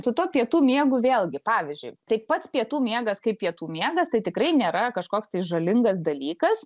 su tuo pietų miegu vėlgi pavyzdžiui tai pats pietų miegas kai pietų miegas tai tikrai nėra kažkoks tai žalingas dalykas